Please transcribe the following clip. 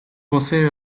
posee